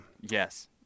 Yes